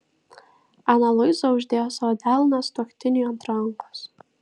ana luiza uždėjo savo delną sutuoktiniui ant rankos